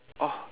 orh